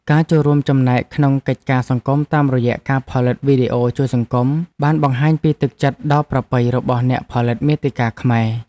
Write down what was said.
ការចូលរួមចំណែកក្នុងកិច្ចការសង្គមតាមរយៈការផលិតវីដេអូជួយសង្គម បានបង្ហាញពីទឹកចិត្តដ៏ប្រពៃរបស់អ្នកផលិតមាតិកាខ្មែរ។